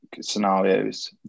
scenarios